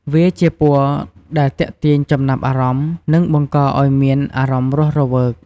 វាជាពណ៌ដែលទាក់ទាញចំណាប់អារម្មណ៍ និងបង្ករឱ្យមានអារម្មណ៍រស់រវើក។